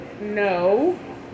no